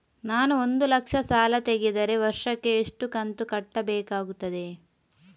ನಾನು ಒಂದು ಲಕ್ಷ ಸಾಲ ತೆಗೆದರೆ ವರ್ಷಕ್ಕೆ ಎಷ್ಟು ಕಂತು ಕಟ್ಟಬೇಕಾಗುತ್ತದೆ?